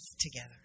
together